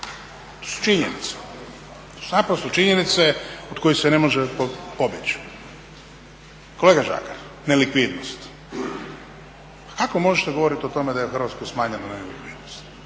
To su činjenice, to su naprosto činjenice od kojih se ne može pobjeći. Kolega Žagar, nelikvidnost. Pa kako možete govoriti o tome da je u Hrvatskoj smanjena nelikvidnost?